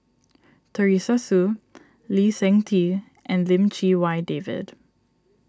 Teresa Hsu Lee Seng Tee and Lim Chee Wai David